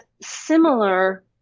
similar